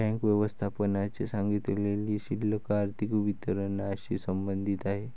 bank व्यवस्थापकाने सांगितलेली शिल्लक आर्थिक विवरणाशी संबंधित आहे